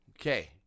okay